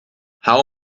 how